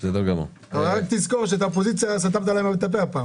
אני שמח על הדיון,